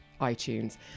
iTunes